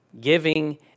giving